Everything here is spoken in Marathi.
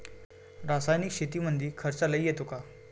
रासायनिक शेतीमंदी खर्च लई येतो का?